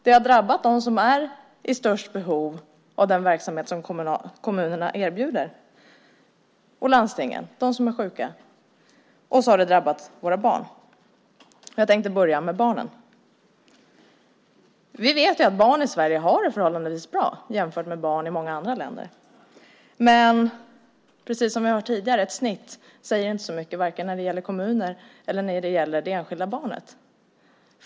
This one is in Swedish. Det har drabbat dem som är i störst behov av den verksamhet som kommunerna och landstingen erbjuder - de som är sjuka och våra barn. Jag tänkte börja med barnen. Vi vet att barn i Sverige har det förhållandevis bra jämfört med barn i många andra länder. Men, precis som vi har hört tidigare säger ett snitt inte så mycket vare sig när det gäller kommuner eller när det gäller det enskilda barnet.